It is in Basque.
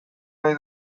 nahi